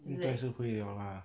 应该是会有 lah